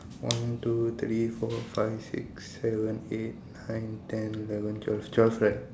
one two three four five six seven eight nine ten eleven twelve is twelve right